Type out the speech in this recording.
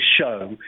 show